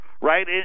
right